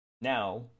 now